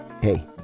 hey